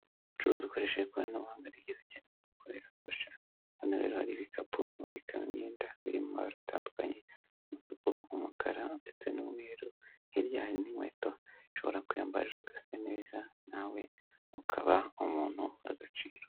Gucuruza ukoresheje ikoranabuhanga n'ibyiza cyane kubera ko biragufasha, hano rero hari ibikapu mubikamo imyenda biri mu mabara atandukanye, umutuku, umukara, ndetse n'umweru, hirya hari n'inkweto ushobora kw'iyambarira ugasa neza, nawe ukaba umuntu w'agaciro.